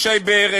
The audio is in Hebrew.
ישי בר,